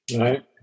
right